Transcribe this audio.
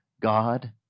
God